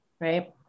right